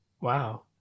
Wow